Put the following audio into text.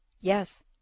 Yes